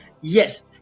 Yes